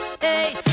Hey